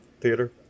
theater